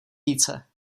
více